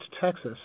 Texas